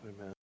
Amen